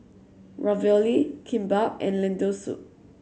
Ravioli Kimbap and Lentil Soup